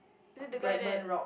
is it the guy that